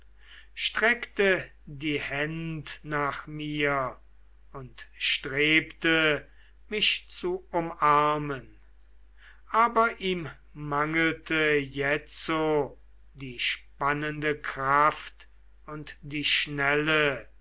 streckte die hände nach mir und strebte mich zu umarmen aber ihm mangelte jetzo die spannende kraft und die schnelle